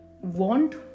want